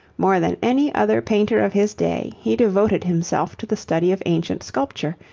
more than any other painter of his day, he devoted himself to the study of ancient sculpture,